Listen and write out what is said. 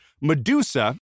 Medusa